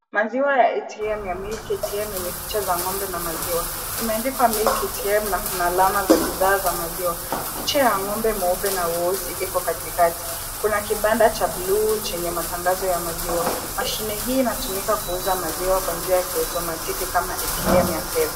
Maziwa ya ATM ya Milk ATM yenye picha za ng'ombe na maziwa imeandikwa Milk ATM na kuna alama za bidhaa za maziwa. Picha ya ng'ombe mweupe na weusi iko katikati. Kuna kibanda cha blue chenye matangazo ya maziwa. Mashine hii inatumika kuuza maziwa kwa njia ya kiotomatiki kama ATM ya fedha.